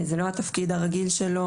זה לא התפקיד הרגיל שלו.